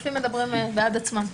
הסעיפים מדברים בעד עצמם.